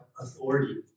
authority